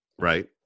Right